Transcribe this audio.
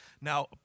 Now